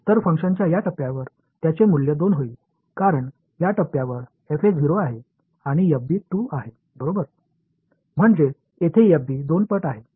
तर फंक्शनच्या या टप्प्यावर त्याचे मूल्य 2 होईल कारण या टप्प्यावर fa 0 आहे आणि fb 2 आहे बरोबर आहे म्हणजे तेथे fb 2 पट आहे